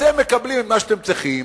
אתם מקבלים את מה שאתם צריכים,